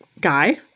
guy